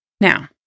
Now